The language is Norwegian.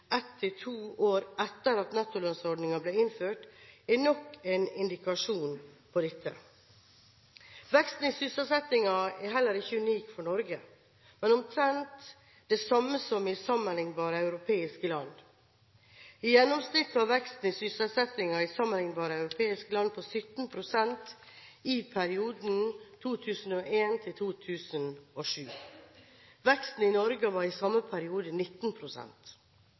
ett til to år etter at nettolønnsordningen ble innført, er nok en indikasjon på dette. Veksten i sysselsettingen er heller ikke unik for Norge, men omtrent den samme som i sammenlignbare europeiske land. I gjennomsnitt var veksten i sysselsettingen i sammenlignbare europeiske land på 17 pst. i perioden 2001–2007. Veksten i Norge var i samme periode